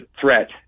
threat